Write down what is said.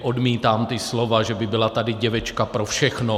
Odmítám ta slova, že by byla děvečka pro všechno.